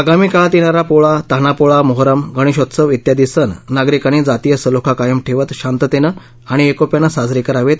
आगामी काळात येणारा पोळा तान्हा पोळा मोहरम गणेशोत्सव इत्यादी सण नागरिकांनी जातीय सलोखा कायम ठेवत शांततेने आणि एकोप्याने साजरे करावेत